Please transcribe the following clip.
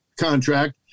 contract